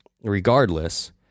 Regardless